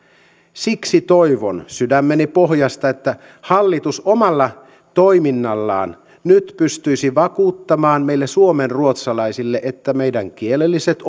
siksi toivon sydämeni pohjasta että hallitus omalla toiminnallaan nyt pystyisi vakuuttamaan meille suomenruotsalaisille että niin meidän kielelliset